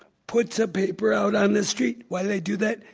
puts a paper out on the street. why do they do that?